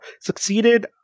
succeeded